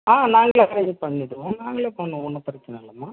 ஆ நாங்களே அரேஞ்ச் பண்ணிவிடுவோம் நாங்களே பண்ணுவோம் ஒன்றும் பிரச்சனை இல்லைம்மா